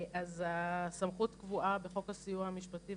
אז הסמכות קבועה בחוק הסיוע המשפטי,